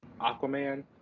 Aquaman